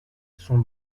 sont